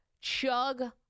chug